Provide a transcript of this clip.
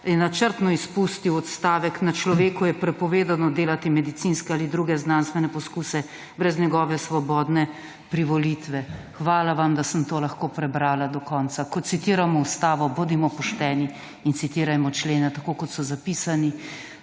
načrtno izpustil odstavek: »Na človeku je prepovedano delati medicinske ali druge znanstvene poskuse brez njegove svobodne privolitve.« Hvala vam, da sem to lahko prebrala do konca. Ko citiramo Ustavo, bodimo pošteni in citirajmo člene tako, kot so zapisani,